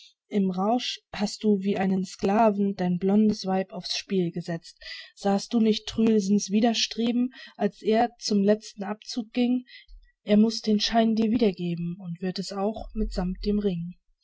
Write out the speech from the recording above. im rausch hast du wie einen sklaven dein blondes weib aufs spiel gesetzt sahst du nicht truelsens widerstreben als es zum letzten abzug ging er muß den schein dir wiedergeben und wird es auch mitsammt dem ring